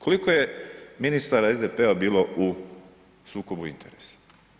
Koliko je ministara SDP-a bilo u sukobu interesa?